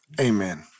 Amen